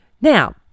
Now